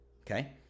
okay